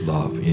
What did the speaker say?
Love